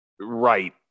Right